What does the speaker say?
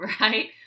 right